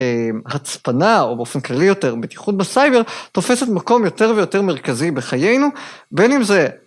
הצפנה או באופן כללי יותר בטיחות בסייבר, תופסת מקום יותר ויותר מרכזי בחיינו בין אם זה